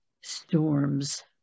storms